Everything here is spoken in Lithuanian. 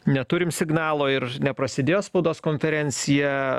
neturim signalo ir neprasidėjo spaudos konferencija